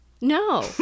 no